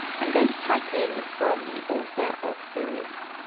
i'm going to type in from the author of serious,